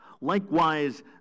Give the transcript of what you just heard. Likewise